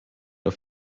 auf